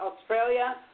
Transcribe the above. Australia